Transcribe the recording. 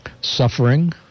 suffering